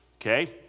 Okay